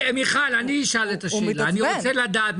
מיכל, אני אשאל את השאלה, אני רוצה לדעת.